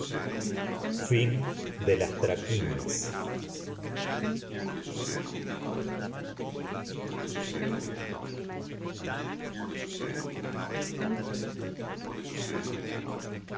de cronos las traquinias